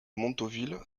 montauville